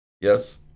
Yes